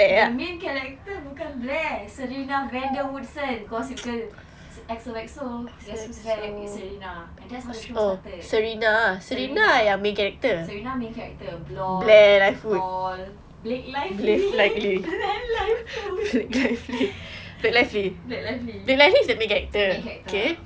the main character bukan blair serena van der woodsen gossip girl X_O_X_O guess who's back it's serena that's how the show started serena serena main character blonde tall blake lively blake live wood blake lively main character